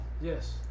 Yes